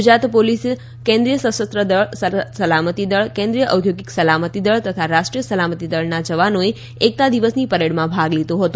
Gujarat police કેન્દ્રિય સશસ્ત્ર દળ સરહદ સલામતી દળ કેન્દ્રિય ઔદ્યોગિક સલામતી દળ તથા રાષ્ટ્રીય સલામતી દળના જવાનોએ એકતા દિવસની પરેડમાં ભાગ લીધો હતો